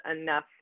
enough